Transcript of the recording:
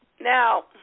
Now